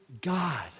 God